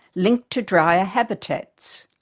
linked to drier habitats.